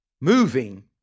moving